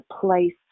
place